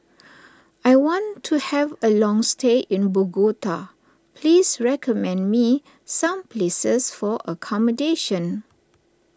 I want to have a long stay in Bogota please recommend me some places for accommodation